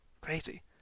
crazy